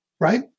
Right